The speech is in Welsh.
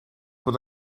bod